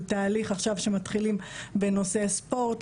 תהליך עכשיו שמתחילים בנושא ספורט,